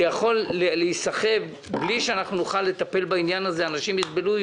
יכול להיסחב בלי שאנחנו נוכל לטפל בעניין הזה אנשים יסבלו,